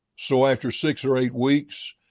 so after six or eight weeks,